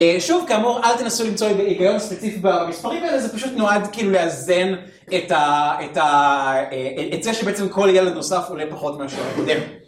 שוב, כאמור, אל תנסו למצוא איזה מין היגיון ספציפי במספרים האלה, זה פשוט נועד כאילו לאזן את זה שבעצם כל ילד נוסף עולה פחות מאשר הקודם.